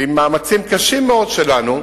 ועם מאמצים קשים מאוד שלנו,